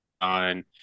on